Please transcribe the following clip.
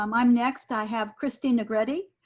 um i'm next i have christi negrete.